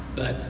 but,